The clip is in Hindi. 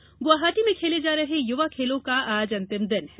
खेलो इंडिया गुवाहाटी में खेल जा रहे युवा खेलों का आज अंतिम दिन है